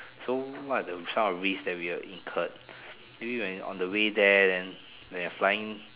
so what are the some of the risk that we have to incurred maybe on the way there when we're flying